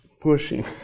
pushing